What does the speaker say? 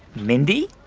mindy?